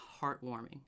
heartwarming